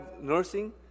nursing